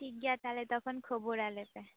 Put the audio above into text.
ᱴᱷᱤᱠ ᱜᱮᱭᱟ ᱛᱟᱦᱞᱮ ᱫᱚ ᱛᱚᱠᱷᱚᱱ ᱠᱷᱚᱵᱚᱨ ᱟᱞᱮ ᱛᱟᱦ